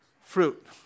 Fruit